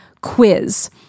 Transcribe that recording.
quiz